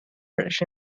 british